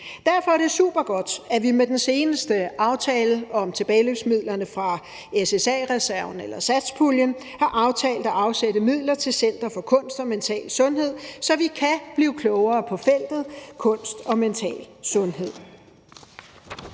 Derfor er det supergodt, at vi med den seneste aftale om tilbageløbsmidlerne fra SSA-reserven eller satspuljen har aftalt at afsætte midler til Center for Kunst og Mental Sundhed, så vi kan blive klogere på feltet kunst og mental sundhed.